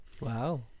Wow